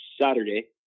saturday